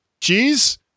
cheese